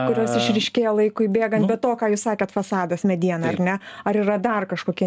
kurios išryškėja laikui bėgant be to ką jūs sakėt fasadas mediena ar ne ar yra dar kažkokie